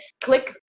Click